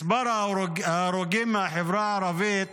מספר ההרוגים בחברה הערבית